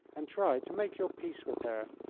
and try to make your peace with her.